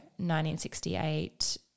1968